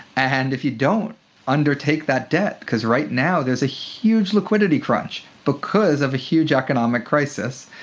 and if you don't undertake that debt because right now there's a huge liquidity crunch because of a huge economic crisis,